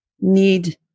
need